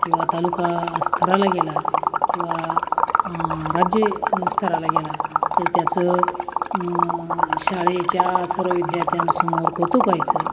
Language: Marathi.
किंवा तालुकास्तराला गेला किंवा राज्य स्तराला गेला तर त्याचं शाळेच्या सर्व विद्यार्थ्यांसमोर कौतुक व्हायचं